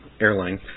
airline